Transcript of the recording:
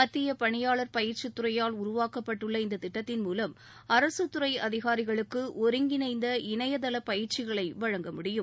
மத்திய பணியாளர் பயிற்சி துறையால் உருவாக்கப்பட்டுள்ள இந்த திட்டத்தின் மூலம் அரசு துறை அதிகாரிகளுக்கு மின்னணு முறையில் ஒருங்கிணைந்த இணையதள பயிற்சிகளை வழங்க முடியும்